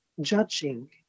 judging